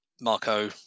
Marco